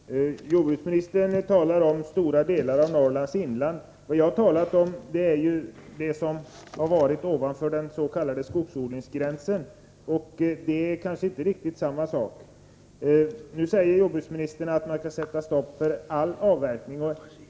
Herr talman! Jordbruksministern talar om stora delar av Norrlands inland. Vad jag har talat om är områdena ovanför skogsodlingsgränsen. Det är kanske inte riktigt samma sak. Nu säger jordbruksministern att man inte skall sätta stopp för all avverkning.